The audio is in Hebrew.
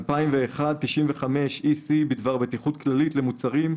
E.E.C EC/95/2001 בדבר בטיחות כללית למוצרים,